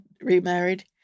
remarried